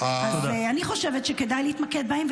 אני חושבת שכדאי להתמקד בהם,